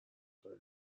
کنه